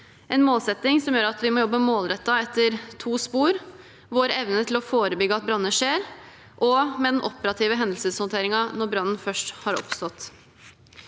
en målsetting som gjør at vi må jobbe målrettet etter to spor: vår evne til å forebygge at branner skjer, og den operative hendelseshåndteringen når brannen først har oppstått.